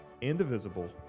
indivisible